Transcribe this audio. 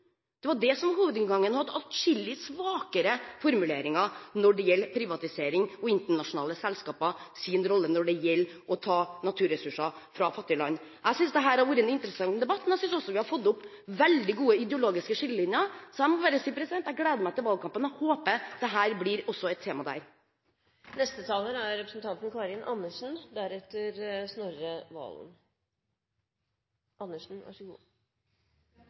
privatisering og internasjonale selskapers rolle når det gjelder å ta naturressurser fra fattige land. Jeg synes dette har vært en interessant debatt. Jeg synes også vi har fått opp veldig gode ideologiske skillelinjer. Så jeg må bare si: Jeg gleder meg til valgkampen og håper dette blir et tema også der. Jeg slutter meg til hvert eneste ord fra foregående taler, representanten Eva Kristin Hansen. Dette bør bli et tema fordi det er